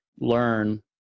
learn